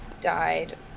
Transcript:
died